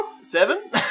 Seven